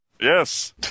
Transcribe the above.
Yes